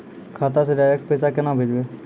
खाता से डायरेक्ट पैसा केना भेजबै?